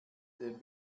den